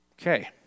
Okay